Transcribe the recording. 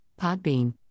Podbean